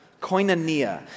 koinonia